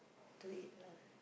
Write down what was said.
to it lah